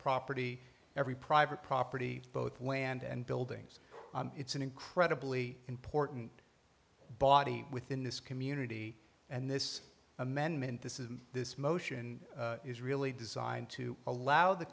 property every private property both land and buildings it's an incredibly important body within this community and this amendment this is this motion is really designed to allow the